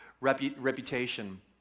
reputation